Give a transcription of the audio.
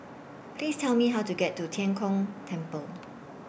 Please Tell Me How to get to Tian Kong Temple